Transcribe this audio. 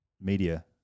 media